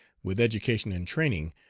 with education and training,